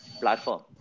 platform